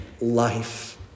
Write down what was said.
life